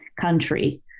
country